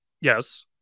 Yes